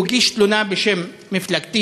הוא הגיש תלונה בשם מפלגתי,